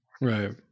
Right